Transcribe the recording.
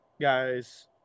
guys